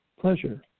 pleasure